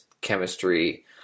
chemistry